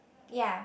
ya